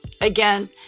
again